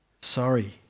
sorry